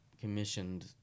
commissioned